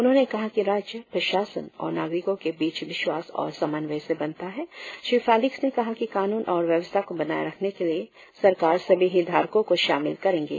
उन्होंने कहा कि राज्य प्रशासन और नागरिकों के बीच विश्वास और समन्वय से बनता है श्री फेलिक्स ने कहा कि कानून और व्यस्था को बनाए रखने के लिए सरकार सभी हितधारकों को शामिल करेंगे